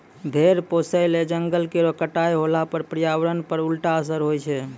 भेड़ पोसय ल जंगल केरो कटाई होला पर पर्यावरण पर उल्टा असर होय छै